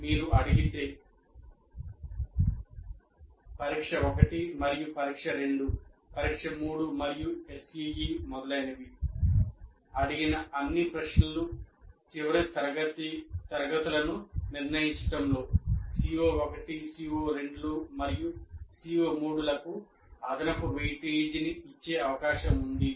మీరు అడిగితే అడిగిన అన్ని ప్రశ్నలు చివరి తరగతులను నిర్ణయించడంలో CO1 CO2 మరియు CO3 లకు అదనపు వెయిటేజీని ఇచ్చే అవకాశం ఉంది